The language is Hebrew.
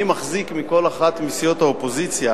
אני מחזיק מכל אחת מסיעות האופוזיציה